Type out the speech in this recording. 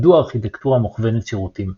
מדוע ארכיטקטורה מוכוונת שירותים?